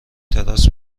تراس